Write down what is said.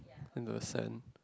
in the sand